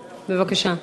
בבקשה.